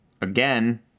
Again